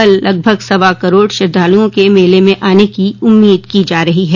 कल लगभग सवा करोड़ श्रद्वालूओं के मेले म आने की उम्मीद की जा रही है